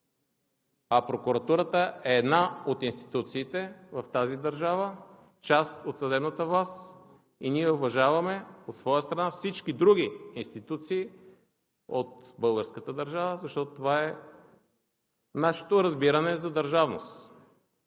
а прокуратурата е една от институциите в тази държава, част от съдебната власт и ние уважаваме от своя страна всички други институции от българската държава, защото това е нашето разбиране за държавност.